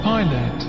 Pilot